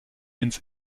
ins